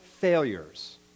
failures